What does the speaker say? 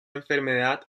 enfermedad